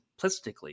simplistically